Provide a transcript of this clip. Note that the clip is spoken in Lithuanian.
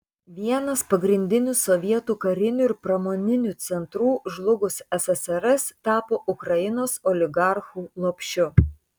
vienas pagrindinių sovietų karinių ir pramoninių centrų žlugus ssrs tapo ukrainos oligarchų lopšiu